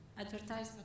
advertisement